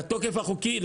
לתוקף החוקי,